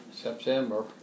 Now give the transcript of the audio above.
September